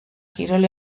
kirol